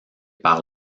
par